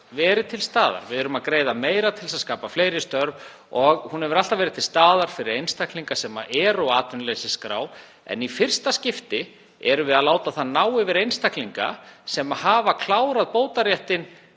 verið til staðar. Við erum að greiða meira til þess að skapa fleiri störf og hún hefur alltaf verið til staðar fyrir einstaklinga sem eru á atvinnuleysisskrá, en í fyrsta skipti erum við að láta það ná yfir einstaklinga sem hafa klárað bótaréttinn